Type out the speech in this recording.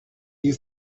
you